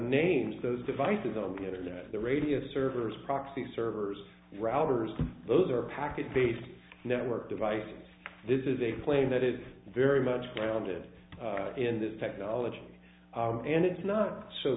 names those devices on the internet the radius servers proxy servers routers those are packet based network devices this is a plane that is very much grounded in this technology and it's not so